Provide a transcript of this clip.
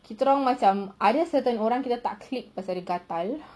kita orang macam ada certain orang kita tak click sebab dia gatal